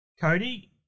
Cody